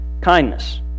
kindness